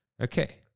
Okay